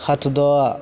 हथदह